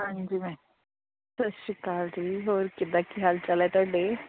ਹਾਂਜੀ ਸਤਿ ਸ਼੍ਰੀ ਅਕਾਲ ਜੀ ਹੋਰ ਕਿਦਾ ਕੀ ਹਾਲ ਚਾਲ ਹੈ ਤੁਹਾਡੇ